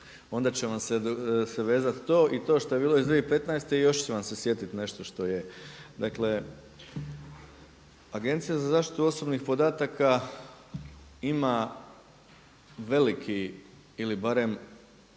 onda će vam se vezati to i to što je bilo iz 2015. i još ću vam se sjetit nešto što je. Dakle, Agencija za zaštitu osobnih podataka ima veliki ili barem